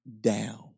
down